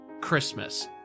Christmas